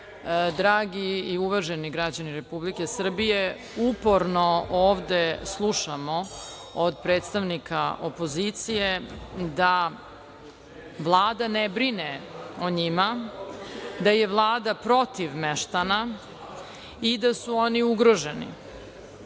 Dragi i uvaženi građani Republike Srbije, uporno ovde slušamo od predstavnika opozicije da Vlada ne brine o njima, da je Vlada protiv meštana i da su oni ugroženi.